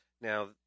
Now